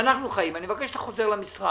שאנחנו חיים אני מבקש שכשאתה חוזר למשרד,